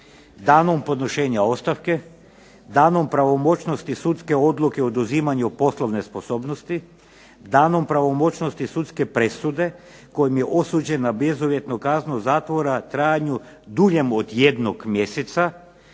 "Danom podnošenja ostavke, danom pravomoćnosti sudske odluke o oduzimanju poslovne sposobnosti, danom pravomoćnosti sudske presude kojom je osuđen na bezuvjetnu kaznu zatvora u trajanju duljem od jednog mjeseca,